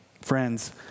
Friends